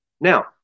Now